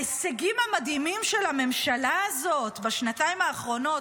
ההישגים המדהימים של הממשלה הזאת בשנתיים האחרונות?